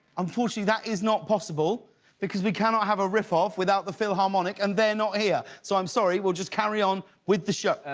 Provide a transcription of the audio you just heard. unfortunately that is not possible because we cannot have a rifoff without the filharmonic and they're not here, so i'm sorry we will just carry on with the show.